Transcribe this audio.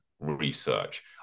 research